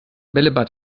bällebad